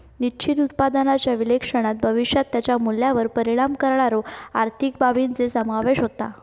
निश्चित उत्पन्नाच्या विश्लेषणात भविष्यात त्याच्या मूल्यावर परिणाम करणाऱ्यो आर्थिक बाबींचो समावेश होता